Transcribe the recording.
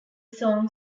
song